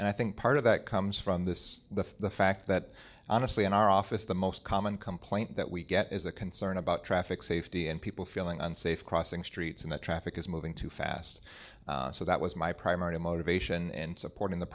and i think part of that comes from this the fact that honestly in our office the most common complaint that we get is a concern about traffic safety and people feeling unsafe crossing streets and that traffic is moving too fast so that was my primary motivation in supporting the